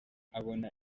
abona